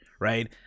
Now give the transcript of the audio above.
Right